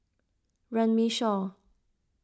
Runme Shaw